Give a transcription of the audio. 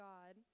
God